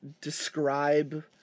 Describe